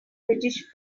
british